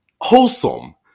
wholesome